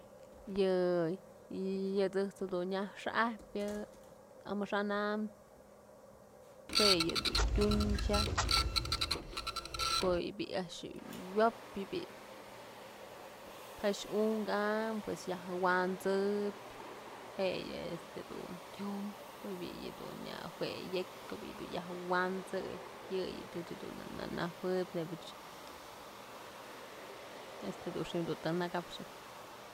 Yë, yë ëjt's dun nyaj xa'ajpyë amaxa'an am jue yëdun tyun xaj, ko'o yë bi'i yë a'ax fyop pax unkë am, pues yajwansëp je'e yëdun tyum ko'o bi'i yëdun jue yëkyë bi'i dun yajwansëy yëyëch ëch dun na najuëb nebyëch este dun xi'im të nëkapxyë.